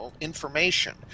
information